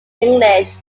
english